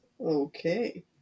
Okay